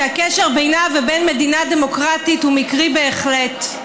שהקשר בינה ובין מדינה דמוקרטית הוא מקרי בהחלט,